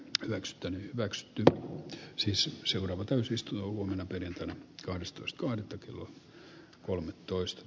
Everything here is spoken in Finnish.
tämä ksten växby b tä siksi seuraava täysistuntoon eilen kahdesti tässä kuvaava